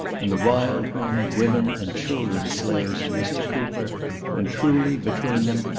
and the wild men, women, and children slayers of mr. cooper and, truly, between them,